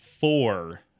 four